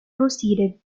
proceeded